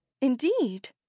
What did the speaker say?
Indeed